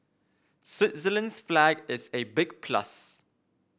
Switzerland's flag is a big plus